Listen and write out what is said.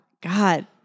God